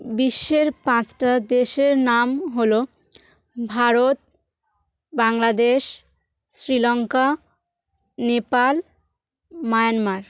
বিশ্বের পাঁচটা দেশের নাম হলো ভারত বাংলাদেশ শ্রীলঙ্কা নেপাল মায়ানমার